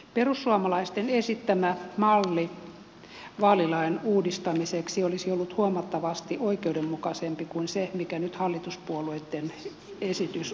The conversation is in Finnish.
perussuomalaisten esittämä malli vaalilain uudistamiseksi olisi ollut huomattavasti oikeudenmukaisempi kuin se mikä nyt hallituspuolueitten esitys on täällä